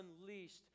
unleashed